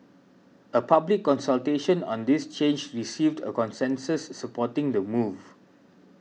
a public consultation on this change received a consensus supporting the move